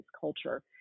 culture